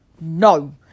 no